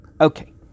Okay